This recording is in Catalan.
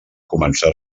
començar